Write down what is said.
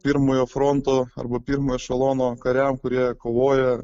pirmojo fronto arba pirmo ešelono kariam kurie kovoja